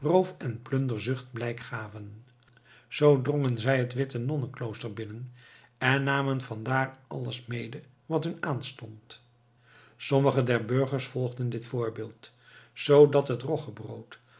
en plunderzucht blijk gaven zoo drongen zij het witte nonnenklooster binnen en namen van daar alles mede wat hun aanstond sommigen der burgers volgden dit voorbeeld zoodat het roggebrood